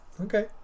okay